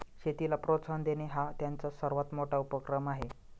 शेतीला प्रोत्साहन देणे हा त्यांचा सर्वात मोठा उपक्रम आहे